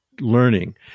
learning